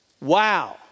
Wow